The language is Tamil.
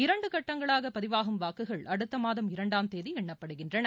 இரண்டு கட்டங்களாக பதிவாகும் வாக்குகள் அடுத்த மாதம் இரண்டாம் தேதி எண்ணப்படுகின்றன